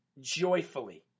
joyfully